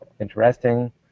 interesting